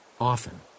often